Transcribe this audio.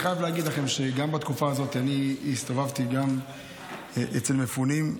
אני חייב להגיד לכם שגם בתקופה הזאת אני הסתובבתי אצל מפונים.